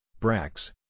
Brax